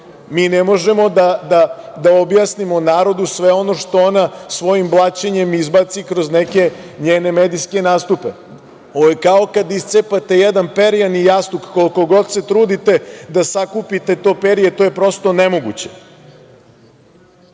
Mi ne možemo da objasnimo narodu sve ono što ona svojim blaćenjem izbaci kroz neke njene medijske nastupe. Ovo je kao kada iscepate jedan perjani jastuk, koliko god se trudite da sakupite to perje, to je prosto nemoguće. Normalan